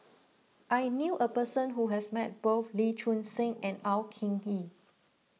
I knew a person who has met both Lee Choon Seng and Au King Hee